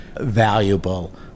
valuable